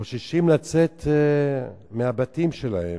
חוששים לצאת מהבתים שלהם,